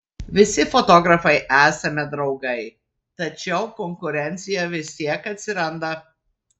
visi fotografai esame draugai tačiau konkurencija vis tiek atsiranda